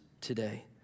today